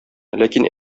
ләкин